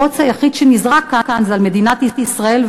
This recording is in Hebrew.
הבוץ היחיד שנזרק כאן זה על מדינת ישראל,